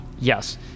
Yes